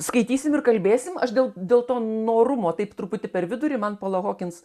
skaitysim ir kalbėsim aš dėl dėl to norumo taip truputį per vidurį man pola hokins